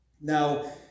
Now